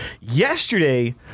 Yesterday